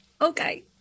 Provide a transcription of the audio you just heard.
okay